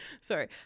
sorry